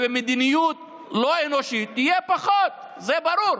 ובמדיניות לא אנושית יהיה פחות, זה ברור.